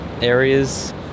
areas